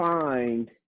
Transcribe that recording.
find